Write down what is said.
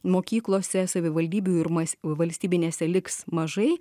mokyklose savivaldybių ir valstybinėse liks mažai